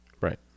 Right